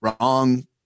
wrong